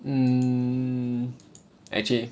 hmm actually